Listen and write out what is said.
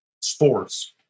sports